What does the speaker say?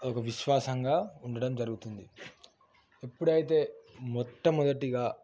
ఒక విశ్వాసంగా ఉండడం జరుగుతుంది ఎప్పుడైతే మొట్టమొదటిగా